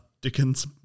Dickens